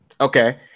Okay